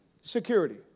Security